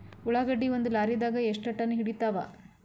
ಉಳ್ಳಾಗಡ್ಡಿ ಒಂದ ಲಾರಿದಾಗ ಎಷ್ಟ ಟನ್ ಹಿಡಿತ್ತಾವ?